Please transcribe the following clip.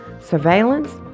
surveillance